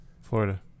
Florida